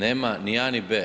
Nema ni a ni be.